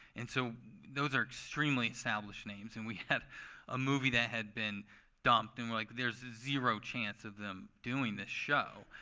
and so those are extremely established names. and we had a movie that had been dumped. and we're like, there's zero chance of them doing this show.